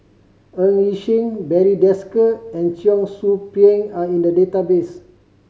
Ng Yi Sheng Barry Desker and Cheong Soo Pieng are in the database